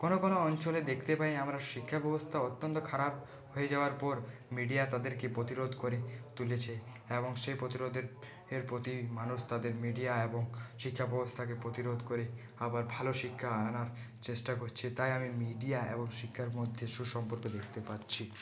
কোনও কোনও অঞ্চলে দেখতে পাই আমরা শিক্ষা ব্যবস্থা অত্যন্ত খারাপ হয়ে যাওয়ার পর মিডিয়া তাদেরকে প্রতিরোধ করে তুলেছে এবং সে প্রতিরোধের প্রতি মানুষ তাদের মিডিয়া এবং শিক্ষাব্যবস্থাকে প্রতিরোধ করে আবার ভালো শিক্ষা আনার চেষ্টা করছে তাই আমি মিডিয়া এবং শিক্ষার মধ্যে সুসম্পর্ক দেখতে পাচ্ছি